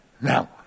now